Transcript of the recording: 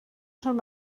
schon